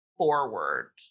Forward